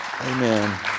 amen